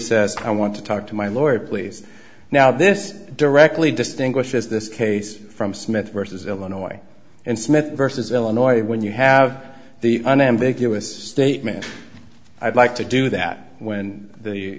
says i want to talk to my lawyer please now this directly distinguishes this case from smith versus illinois and smith versus illinois when you have the unambiguous statement i'd like to do that when